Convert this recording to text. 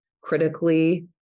critically